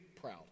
proud